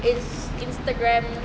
it's instagram